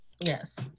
Yes